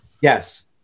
Yes